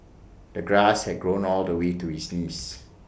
the grass had grown all the way to his knees